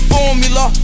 Formula